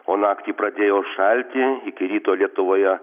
o naktį pradėjo šalti iki ryto lietuvoje